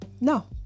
no